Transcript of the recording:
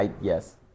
Yes